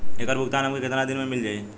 ऐकर भुगतान हमके कितना दिन में मील जाई?